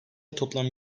toplam